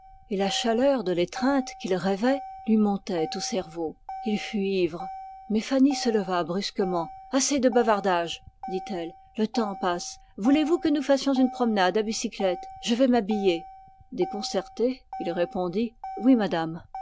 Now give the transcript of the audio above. et la chaleur de l'étreinte qu'il rêvait lui montait au cerveau il fut ivre mais elle se leva brusquement assez de bavardages le temps passe voulez-vous que nous fassions une promenade à bicyclette je vais m'habiller déconcerté il répondit oui madame